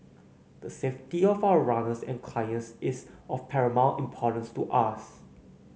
the safety of our runners and clients is of paramount importance to us